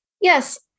yes